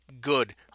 Good